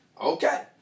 Okay